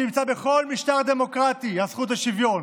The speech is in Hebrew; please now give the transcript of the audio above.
שנמצא בכל משטר דמוקרטי, הזכות לשוויון.